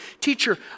teacher